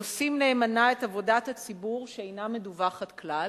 עושים נאמנה את עבודת הציבור שאינה מדווחת כלל.